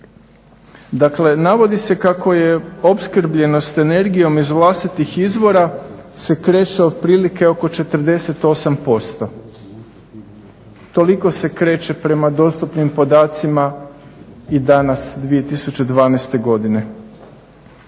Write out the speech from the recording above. Dakle, navodi se kako je opskrbljenost energijom iz vlastitih izvora se kreće otprilike oko 48%. Toliko se kreće prema dostupnim podacima i danas 2012. godine.